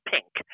Pink